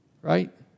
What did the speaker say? right